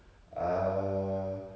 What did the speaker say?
err